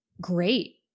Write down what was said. Great